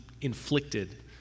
inflicted